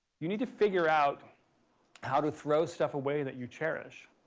you need to figure out how to throw stuff away that you cherish.